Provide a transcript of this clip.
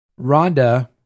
Rhonda